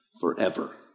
forever